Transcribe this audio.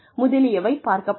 முதலியவை பார்க்கப்படும்